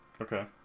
Okay